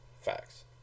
Facts